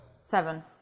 Seven